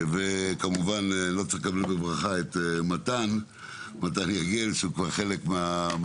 ואת מתן יגל מאגף התקציבים, שהוא כבר חלק מהעניין